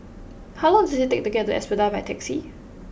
how long does it take to get to Espada by taxi